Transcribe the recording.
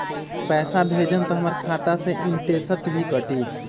पैसा भेजम त हमर खाता से इनटेशट भी कटी?